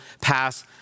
pass